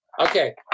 okay